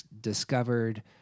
discovered